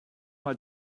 mal